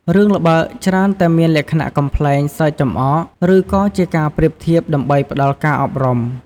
រឿងល្បើកច្រើនតែមានលក្ខណៈកំប្លែងសើចចំអក ឬក៏ជាការប្រៀបធៀបដើម្បីផ្ដល់ការអប់រំ។